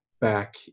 back